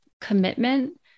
commitment